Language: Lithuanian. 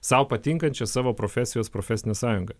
sau patinkančią savo profesijos profesinę sąjungą